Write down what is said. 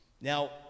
Now